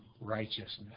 righteousness